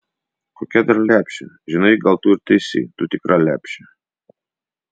kokia dar lepšė žinai gal tu ir teisi tu tikra lepšė